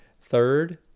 Third